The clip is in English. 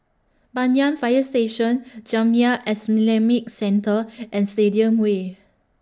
Banyan Fire Station Jamiyah Islamic Centre and Stadium Way